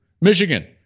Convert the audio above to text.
Michigan